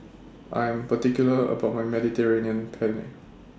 I Am particular about My Mediterranean Penne